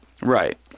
Right